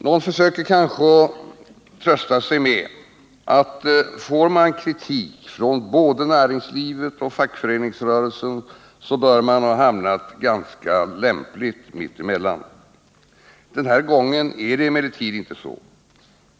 Någon försöker kanske trösta sig med att får man kritik från både näringslivet och fackföreningsrörelsen så bör man ha hamnat ganska lämpligt mitt emellan. Den här gången är det emellertid inte så.